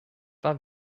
war